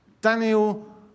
Daniel